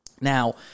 Now